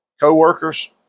Co-workers